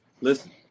Listen